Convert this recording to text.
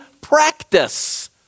practice